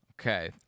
Okay